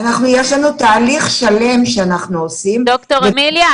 יש לנו תהליך שלם שאנחנו עושים --- ד"ר אמיליה,